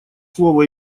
слово